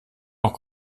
auch